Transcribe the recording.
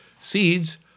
seeds